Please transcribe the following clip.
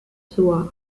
suva